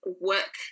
work